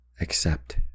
Accept